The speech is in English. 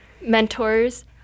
mentors